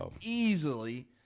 easily